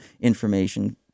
information